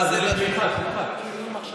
הוא יכול להתנגד.